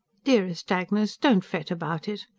dearest agnes. don't fret about it.